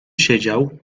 siedział